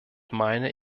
meine